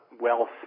wealth